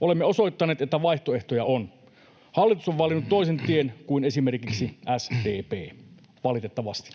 Olemme osoittaneet, että vaihtoehtoja on. Hallitus on valinnut toisen tien kuin esimerkiksi SDP, valitettavasti.